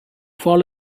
fall